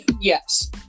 Yes